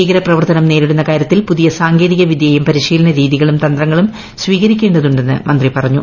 ഭീകരപ്രവർത്ത്യാട്ടി നേരിടുന്ന കാര്യത്തിൽ പുതിയ സാങ്കേതികവിദ്യയും പരിശ്രീലിന് െരീതികളും തന്ത്രങ്ങളും സ്വീകരിക്കേണ്ടതുണ്ടെന്ന് മന്ത്രിക്കുറഞ്ഞു